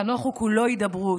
חנוך הוא כולו הידברות,